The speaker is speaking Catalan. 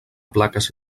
plaques